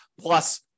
plus